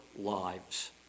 lives